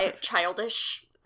childish